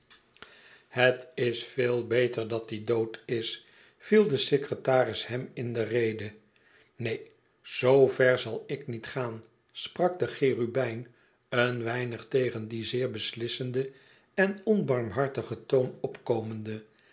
het is veel beter dat die dood is viel de secretaris hem in de rede neen zoo ver zal ik niet gaan sprak de cherubijn een weinig tegen dien zeer beslissenden en onbarmhartigen toon opkomende